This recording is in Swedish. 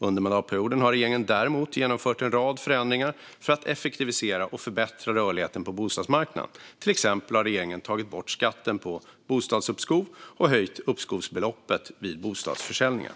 Under mandatperioden har regeringen däremot genomfört en rad förändringar för att effektivisera och förbättra rörligheten på bostadsmarknaden. Till exempel har regeringen tagit bort skatten på bostadsuppskov och höjt uppskovsbeloppet vid bostadsförsäljningar.